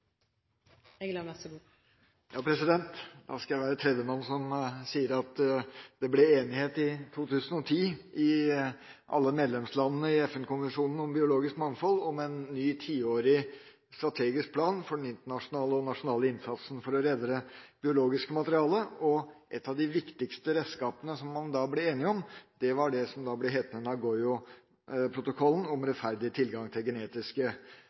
Ja, da skal jeg være tredjemann som sier at det i 2010 ble enighet mellom alle medlemslandene om FN-konvensjonen om biologisk mangfold: en ny, tiårig strategisk plan for den internasjonale og nasjonale innsatsen for å redde det biologiske mangfoldet. Et av de viktigste redskapene man ble enige om, var Nagoya-protokollen – om rettferdig tilgang til genetiske ressurser – som vi skal vedta i dag. Og da